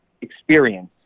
experience